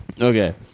okay